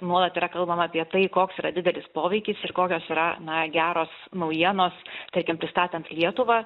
nuolat yra kalbama apie tai koks yra didelis poveikis ir kokios yra na geros naujienos tarkim pristatant lietuvą